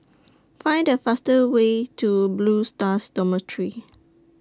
Find The fastest Way to Blue Stars Dormitory